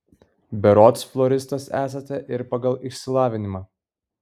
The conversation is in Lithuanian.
berods floristas esate ir pagal išsilavinimą